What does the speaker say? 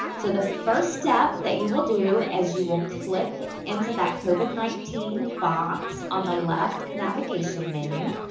so, the first step that you will do as you will click into that covid nineteen box on the left navigation menu.